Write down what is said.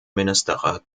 ministerrat